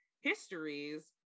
histories